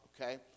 okay